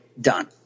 done